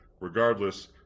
Regardless